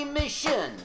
mission